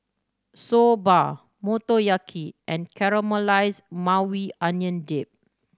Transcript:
Soba Motoyaki and Caramelized Maui Onion Dip